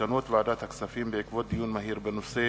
מסקנות ועדת הכספים בעקבות דיונים מהירים בנושאים: